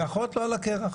הבטחות לא על הקרח.